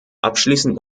abschließend